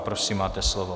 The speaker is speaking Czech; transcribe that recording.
Prosím, máte slovo.